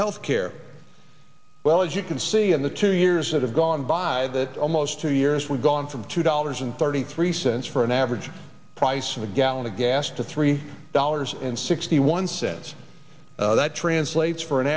health care well as you can see in the two years that have gone by that almost two years we've gone from two dollars and thirty three cents for an average price of a gallon of gas to three dollars and sixty one cents that translates for an